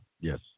Yes